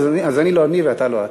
אז אני לא אני ואתה לא אתה.